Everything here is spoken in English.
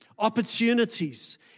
opportunities